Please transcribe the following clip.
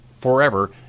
forever